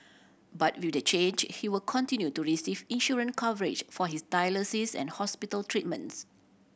but with the change he will continue to receive insurance coverage for his dialysis and hospital treatments